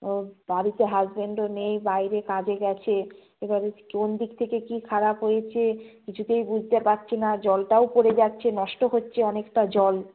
ও বাড়িতে হাজবেন্ডও নেই বাইরে কাজে গেছে এবারে কোন দিক থেকে কী খারাপ হয়েছে কিছুতেই বুঝতে পারছি না জলটাও পড়ে যাচ্ছে নষ্ট হচ্ছে অনেকটা জল